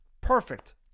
Perfect